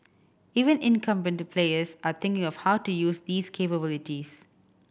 even incumbent players are thinking of how to use these capabilities